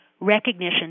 recognition